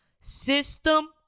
System